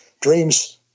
dreams